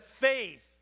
faith